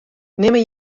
nimme